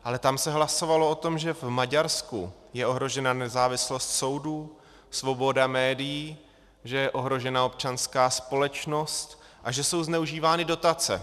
Ale tam se hlasovalo o tom, že v Maďarsku je ohrožena nezávislost soudů, svoboda médií, že je ohrožená občanská společnost a že jsou zneužívány dotace.